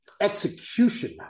execution